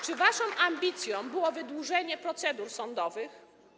Czy waszą ambicją było wydłużenie procedur sądowych?